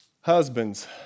husbands